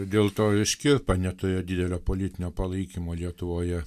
dėl to iškirpo neturėjo didelio politinio palaikymo lietuvoje